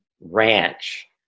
ranch